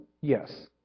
yes